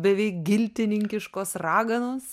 beveik giltininkiškos raganos